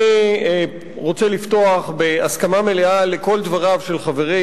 אני רוצה לפתוח בהסכמה מלאה לכל דבריו של חברי,